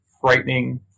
frightening